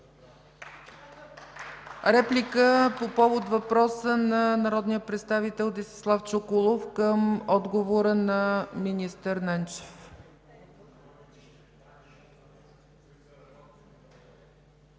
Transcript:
Реплика по повод въпроса на народния представител Десислав Чуколов към отговора на министър Ненчев.